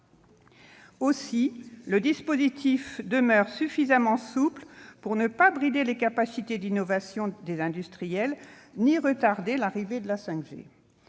Aussi, le dispositif demeure suffisamment souple pour ne pas brider les capacités d'innovation des industriels ni retarder l'arrivée de la 5G.